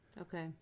Okay